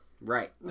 Right